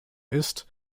ist